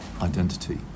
identity